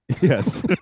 Yes